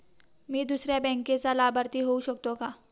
मी दुसऱ्या बँकेचा लाभार्थी होऊ शकतो का?